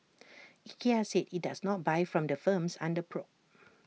Ikea said IT does not buy from the firms under probe